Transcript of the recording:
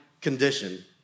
condition